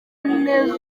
neza